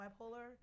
bipolar